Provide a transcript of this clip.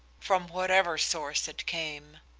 from whatever source it came.